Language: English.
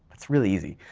that's really easy,